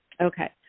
Okay